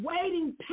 waiting